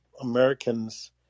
Americans